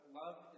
love